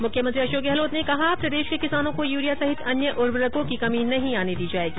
मुख्यमंत्री अशोक गहलोत ने कहा प्रदेश के किसानों को यूरिया सहित अन्य उर्वरकों की कमी नहीं आने दी जायेगी